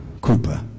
Cooper